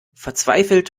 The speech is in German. verzweifelt